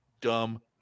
dumb